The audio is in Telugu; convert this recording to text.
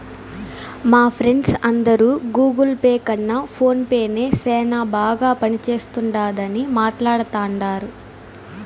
మా ఫ్రెండ్స్ అందరు గూగుల్ పే కన్న ఫోన్ పే నే సేనా బాగా పనిచేస్తుండాదని మాట్లాడతాండారు